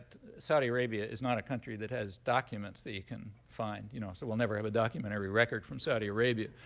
saudi arabia is not a country that has documents that you can find. you know so we'll never have a documentary record from saudi arabia.